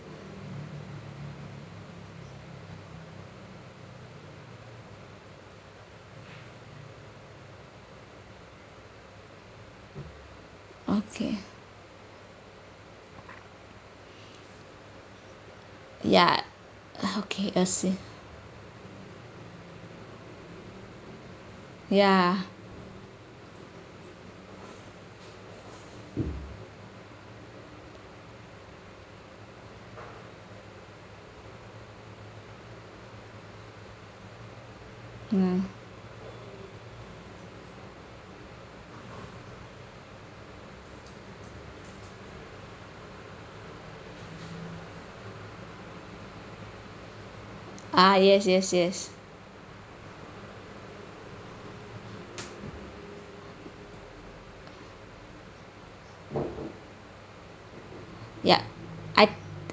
okay ya okay I see ya mm ah yes yes yes yup I